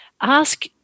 Ask